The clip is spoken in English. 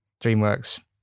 DreamWorks